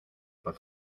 por